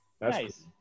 Nice